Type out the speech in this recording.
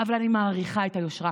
אבל אני מעריכה את היושרה